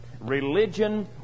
religion